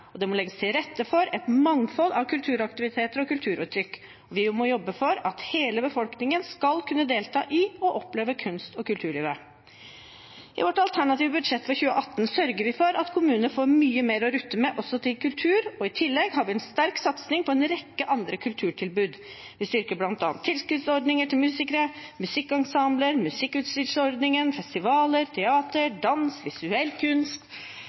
og det må legges til rette for et mangfold av kulturaktiviteter og kulturuttrykk. Vi må jobbe for at hele befolkningen skal kunne delta i og oppleve kunst- og kulturlivet. I vårt alternative budsjett for 2018 sørger vi for at kommunene får mye mer å rutte med også til kultur. I tillegg har vi en sterk satsing på en rekke andre kulturtilbud. Vi styrker bl.a. tilskuddsordninger til musikere, musikkensembler, Musikkutstyrsordningen, festivaler, teater, dans, visuell kunst,